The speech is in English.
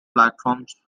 platforms